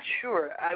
sure